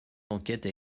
d’enquête